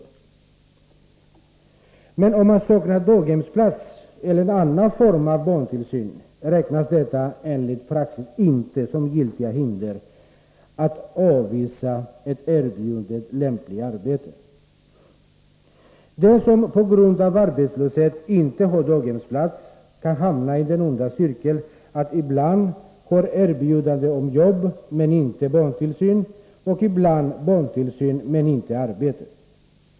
Men om man saknar daghemsplats eller annan form av barntillsyn räknas detta enligt praxis inte som giltigt hinder att avvisa ett erbjudet, lämpligt arbete. Den som på grund av arbetslöshet inte har daghemsplats kan hamna i den onda cirkeln att ibland ha erbjudande om jobb men inte barntillsyn och ibland ha barntillsyn men inte jobb.